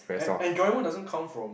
and enjoyment doesn't come from